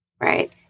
Right